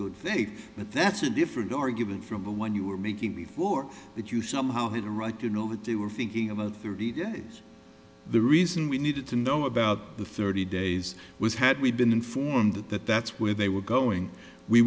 good faith but that's a different argument from the one you were making before that you somehow had a right to know that they were thinking about thirty days the reason we needed to know about the thirty days was had we been informed that that that's where they were going we